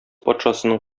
патшасының